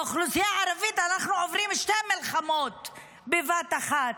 באוכלוסייה הערבית אנחנו עוברים שתי מלחמות בבת אחת: